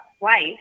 wife